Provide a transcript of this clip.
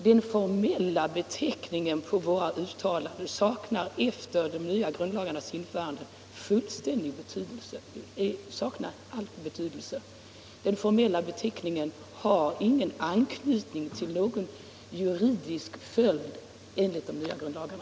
Den formella beteckningen på våra uttalanden saknar, efter de nya grundlagarnas införande, all betydelse. Den har inte anknytning till någon juridisk följd enligt de nya grundlagarna.